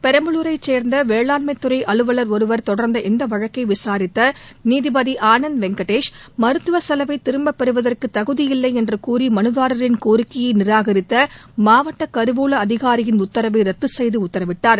பெரம்பலூரைச் சேர்ந்த வேளாண்மைத்துறை அலுவலர் ஒருவர் தொடர்ந்த இந்த வழக்கை விசாரித்த நீதிபதி ஆனந்த் வெங்கடேஷ் மருத்துவச் செலவை திரும்பப் பெறுவதற்கு தகுதியில்லை என்று கூறி மனுதாரரின் கோரிக்கையை நிராகரித்த மாவட்ட கருவூல அதிகாரியின் உத்தரவை ரத்து செய்து உத்தரவிட்டார்